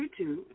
YouTube